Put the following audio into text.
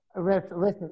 Listen